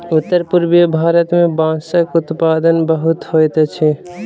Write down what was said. उत्तर पूर्वीय भारत मे बांसक उत्पादन बहुत होइत अछि